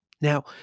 Now